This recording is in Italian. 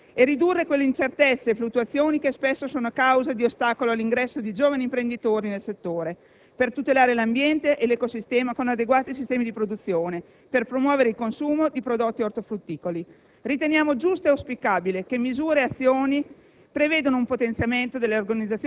stabilizzare il reddito dei produttori e ridurre quelle incertezze e fluttuazioni che spesso sono causa di ostacolo all'ingresso di giovani imprenditori nel settore; tutelare l'ambiente e l'ecosistema con adeguati sistemi di produzione; promuovere il consumo di prodotti ortofrutticoli. Riteniamo giusto e auspicabile che misure e azioni